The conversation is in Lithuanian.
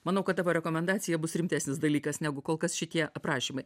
manau kad tavo rekomendacija bus rimtesnis dalykas negu kol kas šitie aprašymai